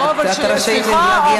את רשאית להביע,